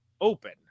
open